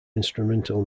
instrumental